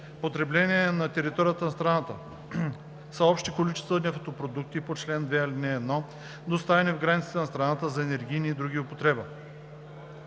„Потребление на територията на страната“ са общите количества нефтопродукти по чл. 2, ал. 1, доставени в границите на страната за енергийна и друга употреба.